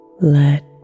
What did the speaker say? Let